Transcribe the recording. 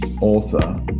author